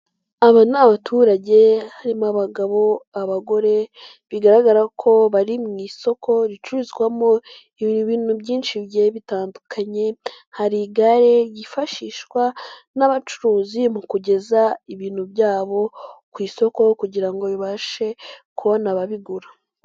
Aba ni abaturage harimo: abagabo, abagore, bigaragara ko bari mu isoko ricuruzwamo ibintu byinshi bigiye bitandukanye, hari igare yifashishwa n'abacuruzi mu kugeza ibintu byabo ku isoko kugira ngo bibashe kubona ababigura.